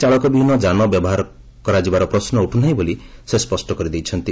ଚାଳକବିହୀନ ଯାନ ବ୍ୟବହାର କରିବାର ପ୍ରଶ୍ମ ଉଠୁ ନାହିଁ ବୋଲି ସେ ସ୍ୱଷ୍ଟ କରି ଦେଇଛନ୍ତି